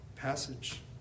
passage